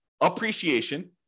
appreciation